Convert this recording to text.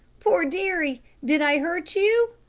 poor derry, did i hurt you?